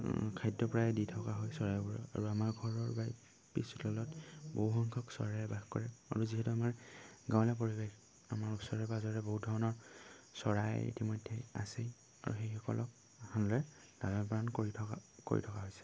খাদ্য প্ৰায় দি থকা হয় চৰাইবোৰৰ আৰু আমাৰ ঘৰৰ প্ৰায় পিছ চোতালত বহুসংখ্যক চৰাই বাস কৰে আৰু যিহেতু আমাৰ গাঁৱলীয়া পৰিৱেশ আমাৰ ওচৰে পাঁজৰে বহু ধৰণৰ চৰাই ইতিমধ্যে আছেই আৰু সেইসকলক লৈ দানা প্ৰদান কৰি থকা কৰি থকা হৈছে